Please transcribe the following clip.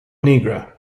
nigra